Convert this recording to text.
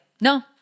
no